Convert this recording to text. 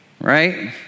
right